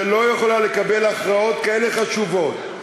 שלא יכולה לקבל הכרעות כאלה חשובות,